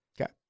Okay